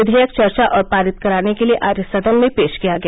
विधेयक चर्चा और पारित कराने के लिए आज सदन में पेश किया गया